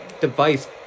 Device